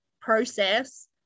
process